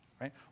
right